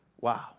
Wow